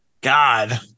God